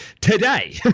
today